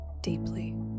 deeply